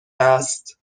است